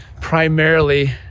primarily